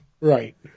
Right